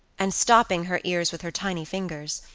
and stopping her ears with her tiny fingers.